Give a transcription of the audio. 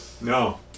No